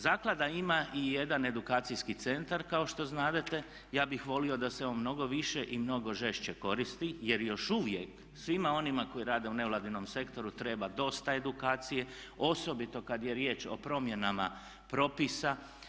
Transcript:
Zaklada ima i jedan edukacijski centar kao što znadete, ja bih volio da se on mnogo više i mnogo žešće koristi jer još uvijek svima onima koji rade u nevladinom sektoru treba dosta edukacije osobito kad je riječ o promjenama propisa.